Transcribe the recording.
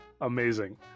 Amazing